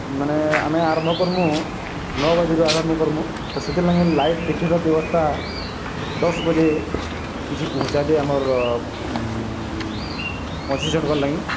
ମାନେ ଆମେ ଆରମ୍ଭ କରମୁ ନଅ ବାଜିରୁ ଆରମ୍ଭ କର୍ମୁ ତ ସେଥିଲାର୍ଲାଗି ଲାଇଟ୍ ଟିଫିନ୍ର ବ୍ୟବସ୍ଥା ଦଶ ବଜେ କିଛି ପହଞ୍ଚାାବ ଆମର ପଞ୍ଚି ଜଣ ଗଲାଙ୍ଗି